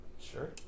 Sure